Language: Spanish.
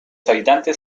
habitantes